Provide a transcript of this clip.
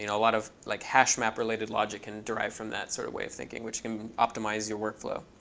you know a lot of like hash map related logic can derive from that sort of way of thinking which can optimize your workflow.